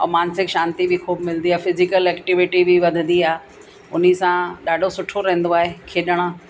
ऐं मानसिक शांति बि ख़ूब मिलंदी आहे फिजिकल एक्टिविटी बि वधंदी आहे उन्ही सां ॾाढो सुठो रहंदो आहे खेॾणु